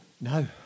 No